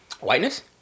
Whiteness